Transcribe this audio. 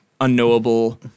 unknowable